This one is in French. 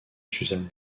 susan